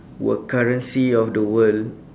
were currency of the world